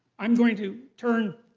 i'm going to turn,